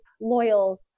loyal